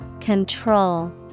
Control